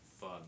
fun